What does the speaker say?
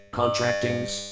contracting's